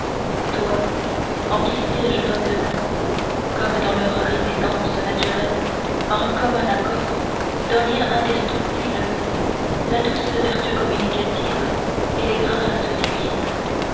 toi en qui siègent noblement comme dans leur résidence naturelle par un commun accord d'un lien indestructible la douce vertu communicative et les grâces divines